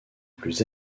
plus